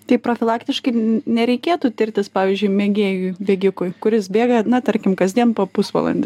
tai profilaktiškai nereikėtų tirtis pavyzdžiui mėgėjui bėgikui kuris bėga na tarkim kasdien po pusvalandį